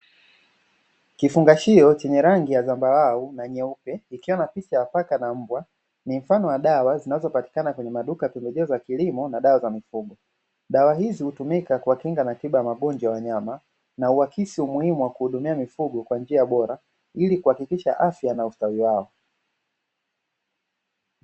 Kifungashio chenye rangi ya zambarau na nyeupe, kikiwa na picha ya paka na mbwa. Ni mfano wa dawa zinazopatikana kwenye maduka ya pembejeo za kilimo na dawa za mifugo. Dawa hizi hutumika kuwakinga na tiba ya magonjwa ya wanyama na huakisi umuhimu wa kuhudumia mifugo kwa njia bora ili kuhakikisha afya na ustawi wao.